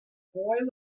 boy